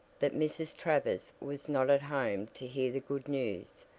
that mrs. travers was not at home to hear the good news.